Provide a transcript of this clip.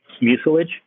mucilage